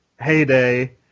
heyday